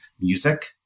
music